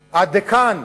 הדיקן,